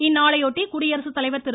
இந்நாளையொட்டி குடியரசுத்தலைவர் திரு